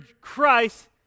Christ